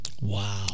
Wow